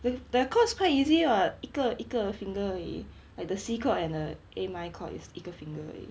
the the chords quite easy [what] 一个一个 finger 而已 like the C chord and the A minor chord is 一个 finger 而已